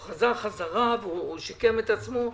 הוא חזר חזרה ושיקם את עצמו,